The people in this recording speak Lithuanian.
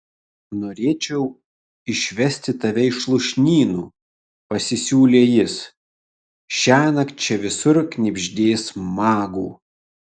norėčiau išvesti tave iš lūšnynų pasisiūlė jis šiąnakt čia visur knibždės magų